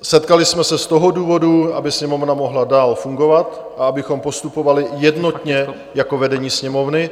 Setkali jsme se z toho důvodu, aby Sněmovna mohla dál fungovat a abychom postupovali jednotně jako vedení Sněmovny.